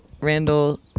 Randall